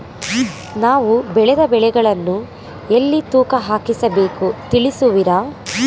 ನಾವು ಬೆಳೆದ ಬೆಳೆಗಳನ್ನು ಎಲ್ಲಿ ತೂಕ ಹಾಕಿಸಬೇಕು ತಿಳಿಸುವಿರಾ?